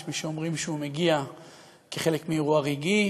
יש מי שאומרים שהוא מגיע כחלק מאירוע רגעי,